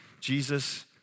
Jesus